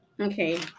Okay